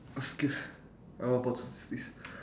excuse I about to sneeze